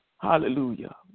Hallelujah